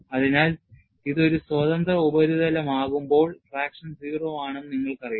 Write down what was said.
അതിനാൽ ഇത് ഒരു സ്വതന്ത്ര ഉപരിതലമാകുമ്പോൾ ട്രാക്ഷൻ 0 ആണെന്ന് നിങ്ങൾക്കറിയാം